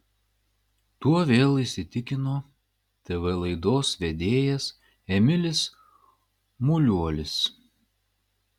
tuo vėl įsitikino tv laidos vedėjas emilis muliuolis